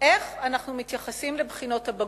איך אנחנו מתייחסים לבחינות הבגרות,